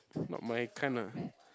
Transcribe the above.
not my kinda